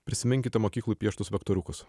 prisiminkite mokykloj pieštus vektoriukus